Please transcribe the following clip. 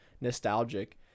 nostalgic